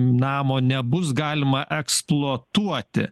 namo nebus galima eksploatuoti